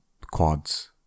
quads